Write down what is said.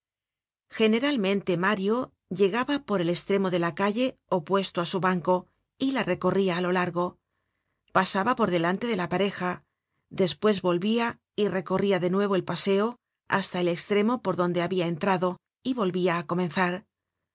generalmente mario llegaba por el estremo de la calle opuesto á su banco y la recorria á lo largo pasaba por delante de la pareja despues volvia y recorria de nuevo el paseo hasta él estremo por donde habia entrado y volvia á comenzar